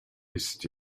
ist